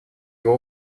его